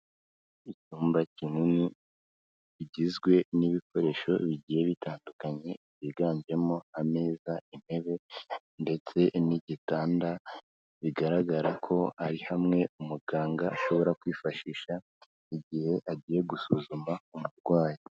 Icyumba kinini bigizwe n'ibikoresho bigiye bitandukanye byiganjemo ameza, intebe ndetse n'igitanda, bigaragara ko ari hamwe umuganga ashobora kwifashisha igihe agiye gusuzuma umurwayi.